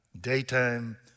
daytime